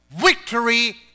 victory